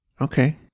Okay